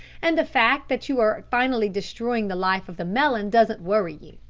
and the fact that you are finally destroying the life of the melon doesn't worry you.